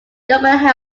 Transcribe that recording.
government